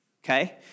Okay